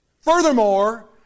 Furthermore